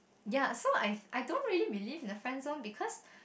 ya so I thi~ I don't really believe in the friend zone because